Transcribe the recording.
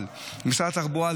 אבל משרד התחבורה,